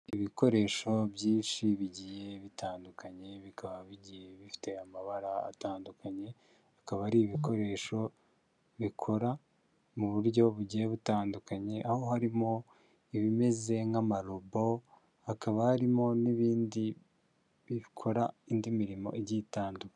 Ibikoresho byinshi, bigiye bitandukanye, bikaba bigiye bifite amabara atandukanye, bikaba ari ibikoresho bikora mu buryo bugiye butandukanye, aho harimo ibimeze nk'amarobo, hakaba harimo n'ibindi bikora indi mirimo igiye itandukanye.